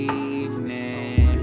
evening